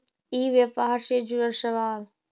ई व्यापार से जुड़ल सवाल?